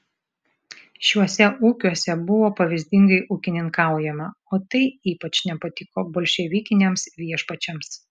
šiuose ūkiuose buvo pavyzdingai ūkininkaujama o tai ypač nepatiko bolševikiniams viešpačiams